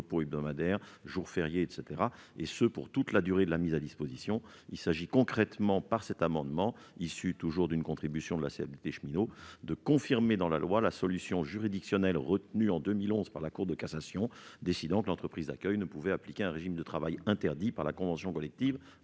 repos hebdomadaire, jours fériés, etc. -, et ce pour toute la durée de la mise à disposition. Il s'agit concrètement, avec cet amendement inspiré par une contribution de la CFDT Cheminots, de confirmer dans la loi la solution juridictionnelle retenue en 2011 par la Cour de cassation, qui a décidé que l'entreprise d'accueil ne pouvait appliquer un régime de travail interdit par la convention collective